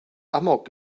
amok